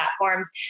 platforms